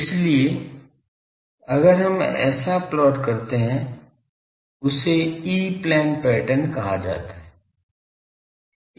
इसलिए अगर हम ऐसा प्लॉट करते हैं उसे ई प्लेन पैटर्न कहा जाता है